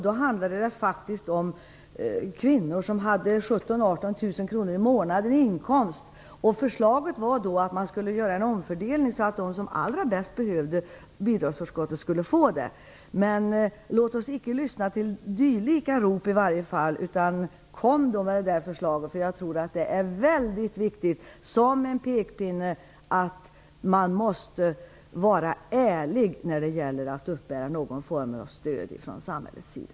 Då handlade det faktiskt om kvinnor med en inkomst på 17 000-18 000 kr i månaden. Förslaget var att man skulle göra en omfördelning, så att de som allra bäst behövde bidragsförskottet skulle få det. Låt oss icke lyssna till dylika rop! Kom med detta förslag! Jag tror att det är mycket viktigt, som en pekpinne om att man måste vara ärlig när det gäller att uppbära någon form av stöd från samhällets sida.